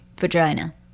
vagina